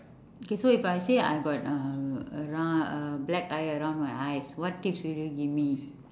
okay so if I say I got um around uh black eye around my eyes what tips would you give me